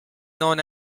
known